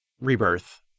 rebirth